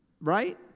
Right